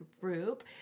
group